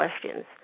questions